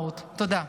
תודה רבה.